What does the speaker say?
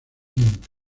inc